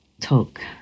talk